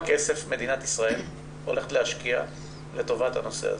כסף מדינת ישראל הולכת להשקיע לטובת הנושא הזה?